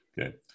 Okay